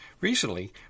Recently